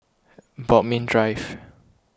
Bodmin Drive